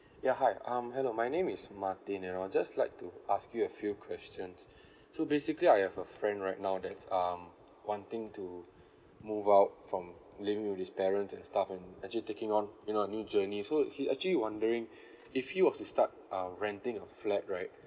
yeah hi um hello my name is martin and I'd just like to ask you a few questions so basically I have a friend right now that's um wanting to move out from living with his parents and stuff and actually taking on you know a new journey so he actually wondering if he wants to start um renting a flat right